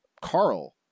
Carl